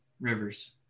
Rivers